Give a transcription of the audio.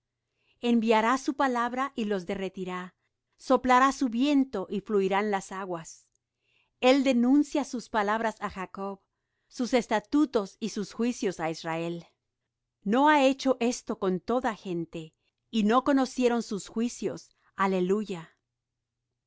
enviará su palabra y los derretirá soplará su viento y fluirán las aguas el denuncia sus palabras á jacob sus estatutos y sus juicios á israel no ha hecho esto con toda gente y no conocieron sus juicios aleluya